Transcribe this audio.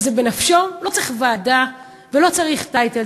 לא צריך ועדה ולא צריך טייטל,